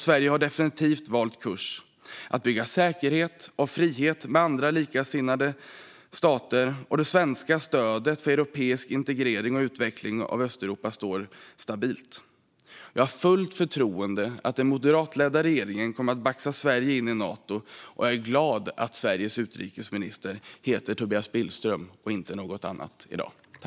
Sverige har definitivt valt kurs: att bygga säkerhet och frihet med likasinnade stater. Det svenska stödet för europeisk integrering och utveckling av Östeuropa står stabilt. Jag har fullt förtroende för att den moderatledda regeringen kommer att baxa Sverige in i Nato, och jag är glad över att Sveriges utrikesminister i dag heter Tobias Billström och inte något annat.